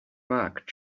mark